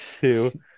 two